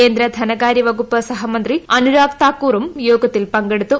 കേന്ദ്ര ധനകാര്യവകുപ്പ് സഹമന്ത്രി അനുരാഗ് താക്കൂറും യോഗത്തിൽ പങ്കെടുത്തു